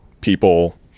people